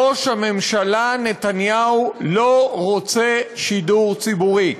ראש הממשלה נתניהו לא רוצה שידור ציבורי.